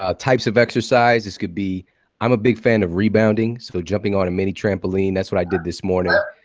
ah types of exercise, this could be i'm a big fan of rebounding so jumping on a mini trampoline. that's what i did this morning.